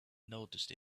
noticed